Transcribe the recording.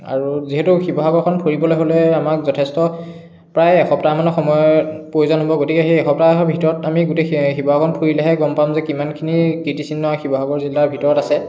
আৰু যিহেতু শিৱসাগৰখন ফুৰিবলৈ হ'লে আমাক যথেষ্ট প্ৰায় এসপ্তাহমানৰ সময় প্ৰয়োজন হ'ব গতিকে সেই এসপ্তাহৰ ভিতৰত আমি গোটেই শিৱসাগৰখন ফুৰিলেহে গম পাম যে কিমানখিনি কৃতিচিহ্ন শিৱসাগৰ জিলাৰ ভিতৰত আছে